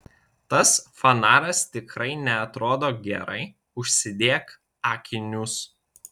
tas fanaras tikrai neatrodo gerai užsidėk akinius